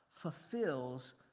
fulfills